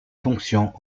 fonctions